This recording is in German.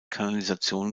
kanalisation